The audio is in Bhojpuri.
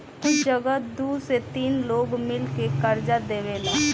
कुछ जगह दू से तीन लोग मिल के कर्जा देवेला